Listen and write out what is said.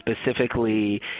specifically